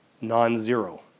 non-zero